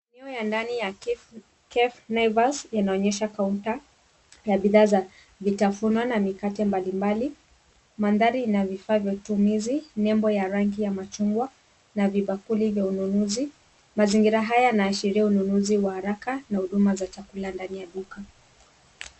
Eneo ya ndani ya cafe naivas inaonyesha kaunta na bidhaa za vitafuno na mikate mbalimbali. Maanthali ina vifaa vya utumizi, nembo ya rangi ya machungwa na vibakuli vya ununuzi. Mazingira haya yanaashiria ununuzi wa haraka na huduma za chakula ndani ya duka.